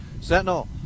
Sentinel